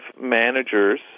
managers